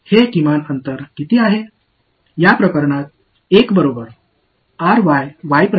எனவே இந்த இரண்டு புள்ளிகளுக்கும் இடையிலான குறைந்தபட்ச தூரம் எவ்வளவு